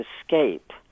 escape